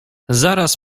zaraz